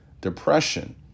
depression